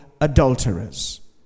adulterers